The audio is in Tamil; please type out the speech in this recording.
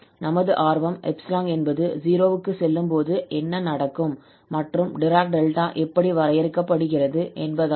நமது ஆர்வம் 𝜖 என்பது 0 க்கு செல்லும் போது என்ன நடக்கும் மற்றும் டிராக் டெல்டா எப்படி வரையறுக்கப்படுகிறது என்பதாகும்